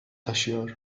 taşıyor